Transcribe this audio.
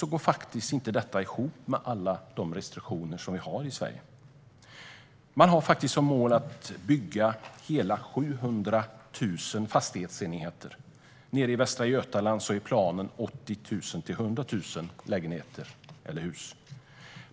går detta faktiskt inte ihop med alla restriktioner som vi har i Sverige. Man har som mål att bygga hela 700 000 fastighetsenheter. Nere i Västra Götaland är planen 80 000-100 000 lägenheter eller hus.